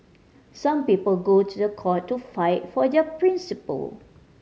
some people go to the court to fight for their principle